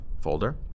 folder